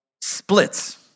splits